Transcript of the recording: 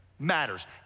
Matters